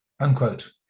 unquote